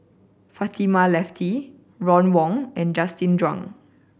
Fatimah Lateef Ron Wong and Justin Zhuang